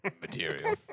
Material